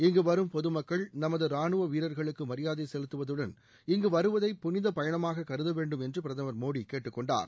இங்கு வரும் பொதுமக்கள் நமது ரானுவ வீரர்களுக்கு மரியாதை செலுத்துவதுடன் இங்கு வருவதை புனித பயணமாக கருதவேண்டும் என்று பிரதமர் மோடி கேட்டுக்கொண்டார்